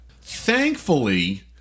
Thankfully